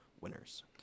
winners